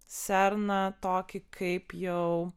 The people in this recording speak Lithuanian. serną tokį kaip jau